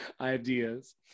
ideas